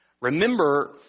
Remember